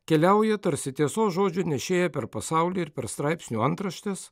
keliauja tarsi tiesos žodžio nešėja per pasaulį ir per straipsnių antraštes